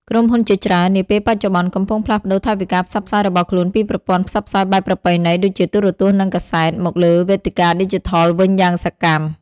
ក្រុមហ៊ុនជាច្រើននាពេលបច្ចុប្បន្នកំពុងផ្លាស់ប្តូរថវិកាផ្សព្វផ្សាយរបស់ខ្លួនពីប្រព័ន្ធផ្សព្វផ្សាយបែបប្រពៃណី ដូចជាទូរទស្សន៍ និងកាសែត មកលើវេទិកាឌីជីថលវិញយ៉ាងសកម្ម។